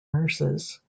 nurses